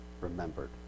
remembered